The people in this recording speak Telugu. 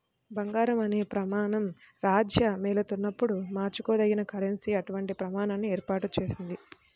బంగారం అనే ప్రమాణం రాజ్యమేలుతున్నప్పుడు మార్చుకోదగిన కరెన్సీ అటువంటి ప్రమాణాన్ని ఏర్పాటు చేసింది